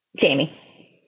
Jamie